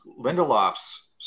Lindelof's